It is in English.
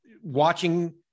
watching